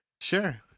sure